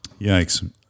Yikes